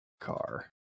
car